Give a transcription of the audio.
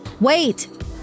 Wait